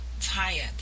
tired